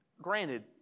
Granted